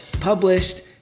published